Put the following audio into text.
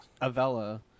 Avella